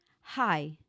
Hi